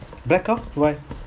blackout why